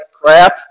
crap